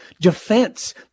defense